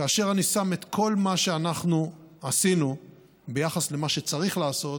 כאשר אני שם את כל מה שאנחנו עשינו ביחס למה שצריך לעשות,